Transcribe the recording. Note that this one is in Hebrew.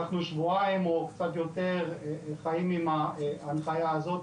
אנחנו שבועיים או קצת יותר חיים עם ההנחיה הזאת,